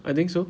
I think so